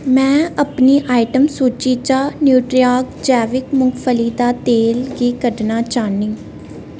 में अपनी आइटम सूची चा न्यूट्रिऑर्ग जैविक मुंगफली दा तेल गी कड्ढना चाह्न्नीं